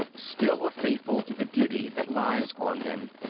still are faithful to the duty that lies on them,